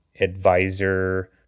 advisor